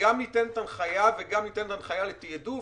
שגם ניתנת הנחיה וגם ניתנת הנחיה לתעדוף?